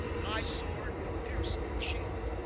my sword will pierce your shield.